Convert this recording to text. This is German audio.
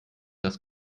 das